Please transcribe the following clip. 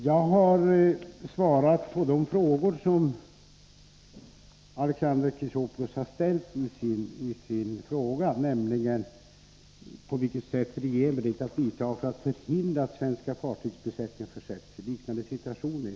Jag har svarat på den fråga Alexander Chrisopoulos har ställt, nämligen vilka åtgärder regeringen är beredd att vidta för att förhindra att svenska fartygsbesättningar i framtiden försätts i liknande situationer.